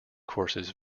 courses